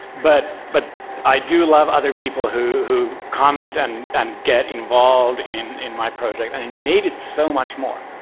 but but i do love other people who who comment and and get involved in in my project. and it made it so much more.